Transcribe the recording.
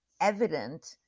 evident